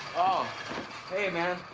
oh hey, man.